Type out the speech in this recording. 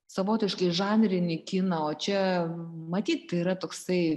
savotiškai žanrinį kiną o čia matyt yra toksai